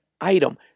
item